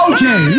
Okay